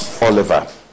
Oliver